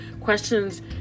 Questions